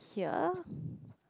ya